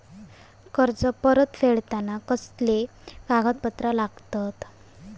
कर्ज परत फेडताना कसले कागदपत्र लागतत?